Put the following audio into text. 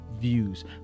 views